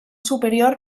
superior